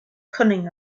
cunning